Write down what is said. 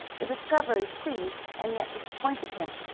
the discovery pleased and yet disappointed him.